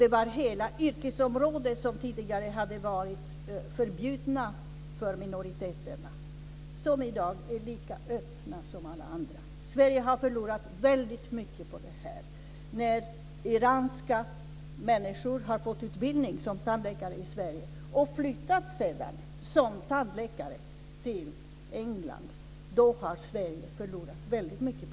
Det var hela yrkesområden som tidigare hade varit förbjudna för minoriteterna som i dag är lika öppna som alla andra. Sverige har förlorat väldigt mycket på detta. När iranska människor har fått utbildning som tandläkare i Sverige och sedan flyttat till England har Sverige förlorat väldigt mycket.